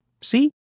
See